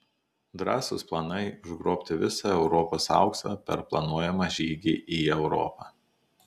drąsūs planai užgrobti visą europos auksą per planuojamą žygį į europą